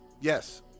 yes